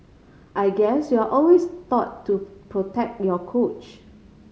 I guess you're always taught to protect your coach